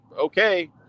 okay